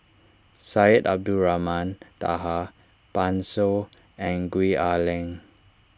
Syed Abdulrahman Taha Pan Shou and Gwee Ah Leng